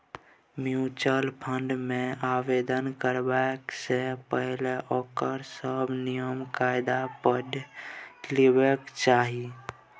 mutual fund मे आवेदन करबा सँ पहिने ओकर सभ नियम कायदा पढ़ि लेबाक चाही